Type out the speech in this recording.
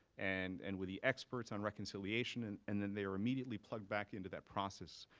and and with the experts on reconciliation, and and then they are immediately plugged back into that process.